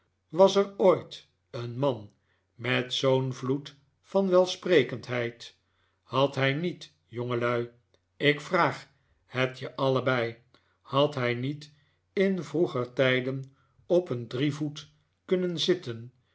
was er ooit een man met zoo'n vloed van welsprekendheid had hij niet jongelui ik vraag het je allebei had hij niet in vroeger tijden op een drievoet kunnen zitten